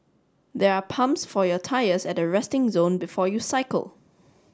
there are pumps for your tyres at the resting zone before you cycle